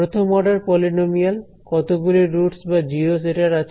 প্রথম order polynomial কতগুলি roots বা জিরোস এটার আছে